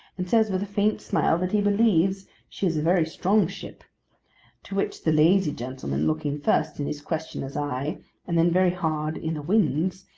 and says with a faint smile that he believes she is a very strong ship to which the lazy gentleman, looking first in his questioner's eye and then very hard in the wind's,